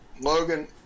Logan